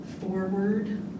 forward